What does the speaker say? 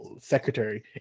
secretary